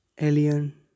alien